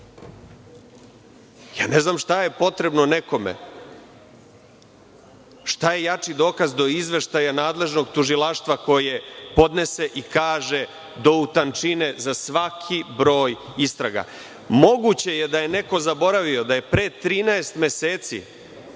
Ne znam šta je potrebno nekome, šta je jači dokaz do izveštaja nadležnog tužilaštva koje podnese i kaže do u tančine za svaki broj istraga. Moguće je da je neko zaboravio da je pre 13 meseci